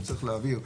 וצריך להבהיר,